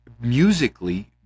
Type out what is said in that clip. musically